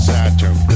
Saturn